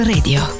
Radio